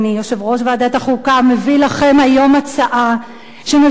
יושב-ראש ועדת החוקה מביא לכם היום הצעה שמבקשת